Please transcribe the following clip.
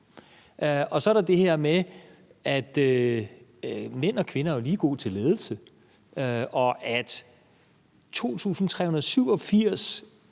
Så er der det her med, at mænd og kvinder jo er lige gode til ledelse, men at 2.387